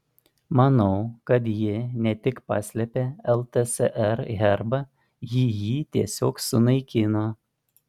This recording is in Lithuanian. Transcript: manau kad ji ne tik paslėpė ltsr herbą ji jį tiesiog sunaikino